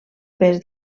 pes